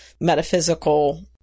metaphysical